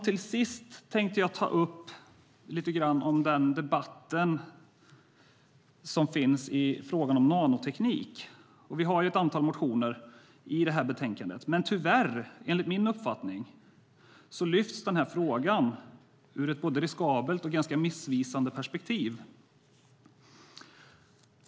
Till sist tänkte jag ta upp lite grann om den debatt som förs i fråga om nanoteknik. Vi har ett antal motioner i det här betänkandet, men enligt min uppfattning lyfts den här frågan tyvärr fram ur ett både riskabelt och ganska missvisande perspektiv.